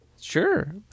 Sure